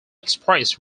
expressed